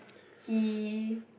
he